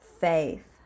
faith